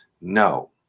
no